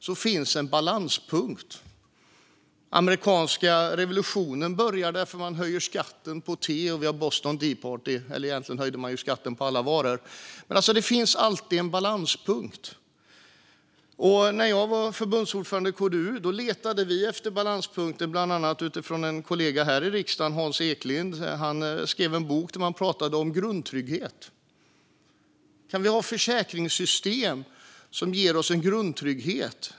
Det finns en balanspunkt. Amerikanska revolutionen började för att man höjde skatten på te, och vi fick Boston Tea Party. Egentligen höjde man skatten på alla varor. Men det finns alltid en balanspunkt. När jag var förbundsordförande i KDU letade vi efter balanspunkter. Bland annat var det en kollega här i riksdagen, Hans Eklind, som skrev en bok där man talade om grundtrygghet. Vi har försäkringssystem som ger oss en grundtrygghet.